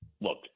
Look